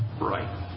right